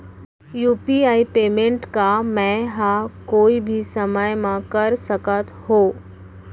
UPI payment का मैं ह कोई भी समय म कर सकत हो?